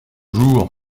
jours